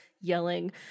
yelling